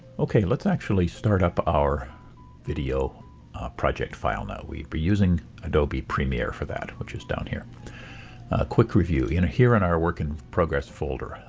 ok, let's actually start up our video project file now. we'll be using adobe premiere for that which is down here. a quick review in here in our work-in-progress folder,